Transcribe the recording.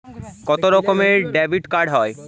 কত রকমের ডেবিটকার্ড হয়?